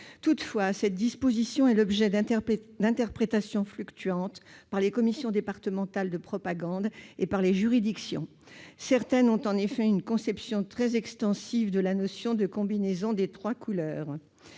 Toutefois, cette disposition est l'objet d'interprétations fluctuantes par les commissions départementales de propagande et par les juridictions ; certaines ont en effet une conception très extensive de la notion de « combinaison des trois couleurs